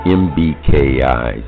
mbki